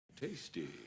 Tasty